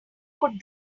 could